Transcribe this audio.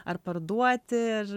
ar parduoti ir